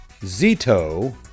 Zito